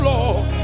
Lord